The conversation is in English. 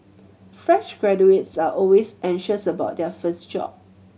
fresh graduates are always anxious about their first job